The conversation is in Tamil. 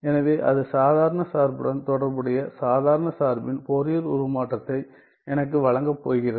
எனவே அது சாதாரண சார்புடன் தொடர்புடைய சாதாரண சார்பின் ஃபோரியர் உருமாற்றத்தை எனக்கு வழங்கப் போகிறது